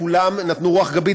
כולם נתנו רוח גבית,